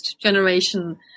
generation